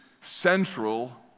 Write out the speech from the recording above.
central